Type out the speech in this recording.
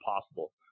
possible